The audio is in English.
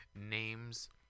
names